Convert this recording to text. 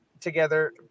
together